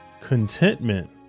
Contentment